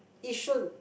Yishun